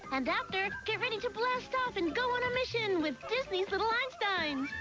and after. get ready to blast off and go on a mission with disney's little einsteins!